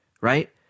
right